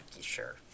sure